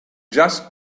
just